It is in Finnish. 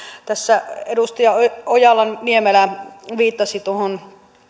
tässä edustaja ojala niemelä viittasi noihin